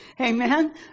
Amen